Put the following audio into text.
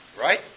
right